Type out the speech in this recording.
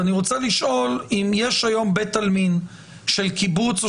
אני רוצה לשאול: אם יש היום בית עלמין של קיבוץ או